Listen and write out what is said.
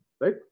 Right